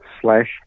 slash